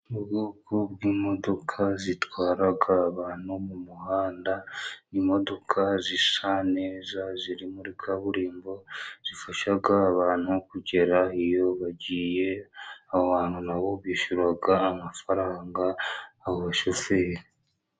Ubwoko bwimodoka zitwara abantu mumuhanda . Imodoka zisa neza ziri muri wa kaburimbo zifasha abantu kugera iyo bagiye aho hantu, nabo bishyura amafaranga abashoferi.